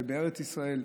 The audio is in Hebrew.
בארץ ישראל,